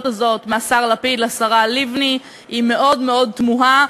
הזאת מהשר לפיד לשרה לבני היא מאוד מאוד תמוהה,